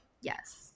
Yes